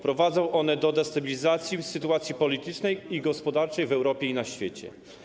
Prowadzą one do destabilizacji sytuacji politycznej i gospodarczej w Europie i na świecie.